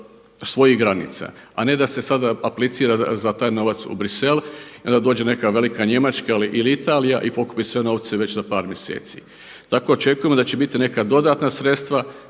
svojih granica, a ne da se sada aplicira za taj novac u Burxelles i onda dođe neka velika Njemačka ili Italija i pokupi sve novce već za par mjeseci. Tako očekujemo da će biti neka dodatna sredstva